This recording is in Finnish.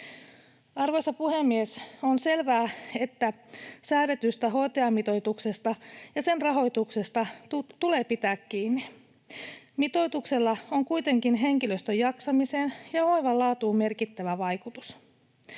Arvoisa puhemies! On selvää, että säädetystä hoitajamitoituksesta ja sen rahoituksesta tulee pitää kiinni. Mitoituksella on kuitenkin henkilöstön jaksamiseen ja hoivan laatuun merkittävä vaikutus.